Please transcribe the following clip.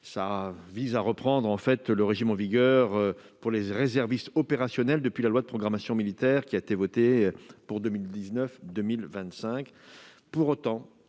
ainsi à reprendre le régime en vigueur pour les réservistes opérationnels depuis la loi de programmation militaire pour 2019-2025.